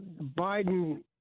Biden